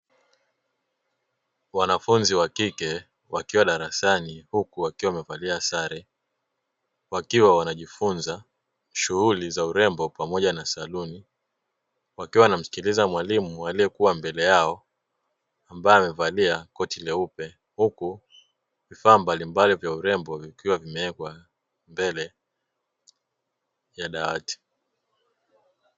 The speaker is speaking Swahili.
Wanafunzi wakike wakiwa darasani huku wakiwa wamevalia sare, wakiwa wanajifunza shughuli za urembo pamoja na saluni wakiwa wanamsikiliza mwalimu aliekua mbele yao ambae amevalia koti jeupe huku vifaa mbali mbali vya urembo vikiwa vimewekwa mbele ya dawati.